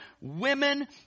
women